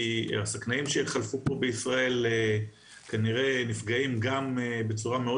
כי השקנאים שחלפו פה בישראל כנרגע נפגעים בצורה מאוד